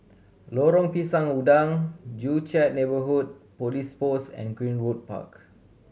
Lorong Pisang Udang Joo Chiat Neighbourhood Police Post and Greenwood Park